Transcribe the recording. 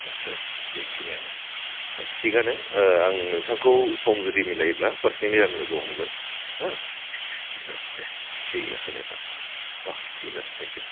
आदसा बेखिनियानो थिगानो आं नोंथांखौ सम जुदि मिलायोब्ला हरसे लोगो हमगोन होह दे थिग आसे नोंथां अके थिग आसे टेंक इउ